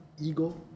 ego